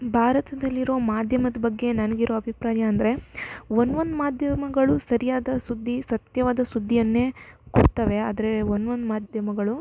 ಭಾರತದಲ್ಲಿರೋ ಮಾಧ್ಯಮದ ಬಗ್ಗೆ ನನ್ಗೆ ಇರೋ ಅಭಿಪ್ರಾಯ ಅಂದರೆ ಒಂದು ಒಂದು ಮಾಧ್ಯಮಗಳು ಸರಿಯಾದ ಸುದ್ದಿ ಸತ್ಯವಾದ ಸುದ್ದಿಯನ್ನೇ ಕೊಡ್ತವೆ ಆದರೆ ಒಂದು ಒಂದು ಮಾಧ್ಯಮಗಳು